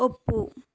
ಒಪ್ಪು